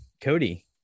cody